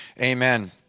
Amen